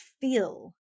feel